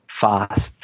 fast